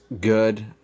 good